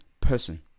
person